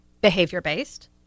behavior-based